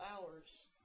hours